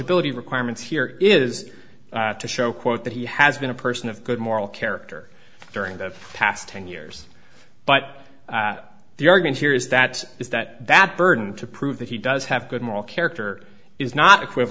ibility requirements here is to show quote that he has been a person of good moral character during the past ten years but the organ here is that is that that burden to prove that he does have good moral character is not